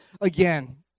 again